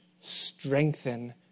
strengthen